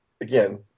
again